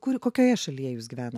kur kokioje šalyje jūs gyvena